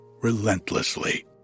relentlessly